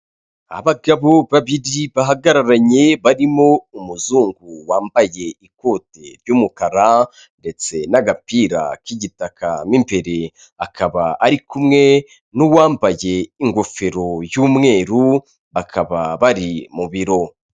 Abagabo babiri bahagararanye barimo umuzungu wambaye ikote ry'umukara ndetse n'agapira k'igitaka m’imbere, akaba ari kumwe n'uwambaye ingofero y'umweru bakaba bari mu biro.